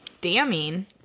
damning